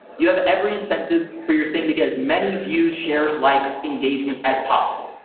you have every incentive for your thing to get as many views, shares, likes, engagement as possible.